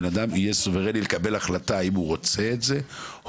ובכך לאפשר לאדם לאשר את זה מיד בתחילת התהליך.